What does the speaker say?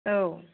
औ